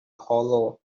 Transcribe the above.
hollow